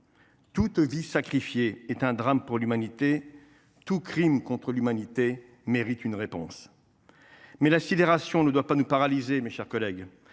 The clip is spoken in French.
Toute vie sacrifiée est un drame pour l’humanité. Tout crime contre l’humanité mérite une réponse. Mais la sidération ne doit pas nous paralyser, mes chers collègues.